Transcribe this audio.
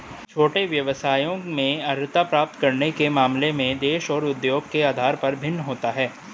छोटे व्यवसायों में अर्हता प्राप्त करने के मामले में देश और उद्योग के आधार पर भिन्न होता है